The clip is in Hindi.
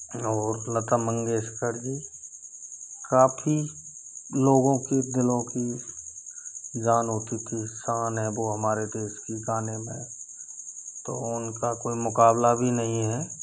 और लता मंगेशकर जी काफ़ी लोगों के दिलों की जान होती थी शान है वो हमारे देश की गाने में तो उनका कोई मुकाबला भी नहीं हैं